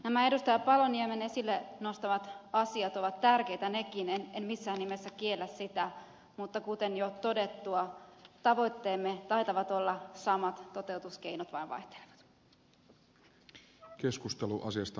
nämä edustaja paloniemen esille nostamat asiat ovat tärkeitä nekin en missään nimessä kiellä sitä mutta kuten jo todettua tavoitteemme taitavat olla samat toteutuskeinot vain vaihtelevat